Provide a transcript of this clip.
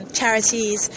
charities